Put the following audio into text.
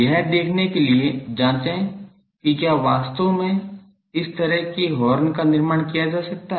यह देखने के लिए जांचें कि क्या वास्तव में इस तरह के हॉर्न का निर्माण किया जा सकता है